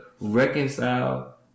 reconcile